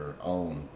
own